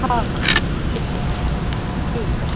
हा हा बिल्कुलु ठीकु आहे